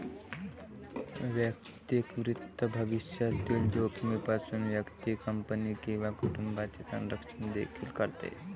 वैयक्तिक वित्त भविष्यातील जोखमीपासून व्यक्ती, कंपनी किंवा कुटुंबाचे संरक्षण देखील करते